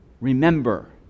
remember